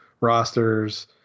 rosters